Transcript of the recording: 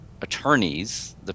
attorneys